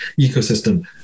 ecosystem